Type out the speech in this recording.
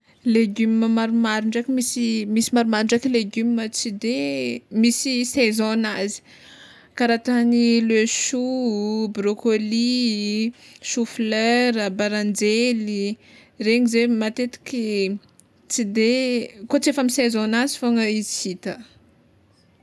Legioma maromaro ndraiky, misy misy maromaro ndraiky legioma tsy de misy saison-nazy kara tany le chou, broccoli, chou fleur, baranjely regny zegny matetiky tsy de koa tsy efa amy saison-nazy fôgna izy hita.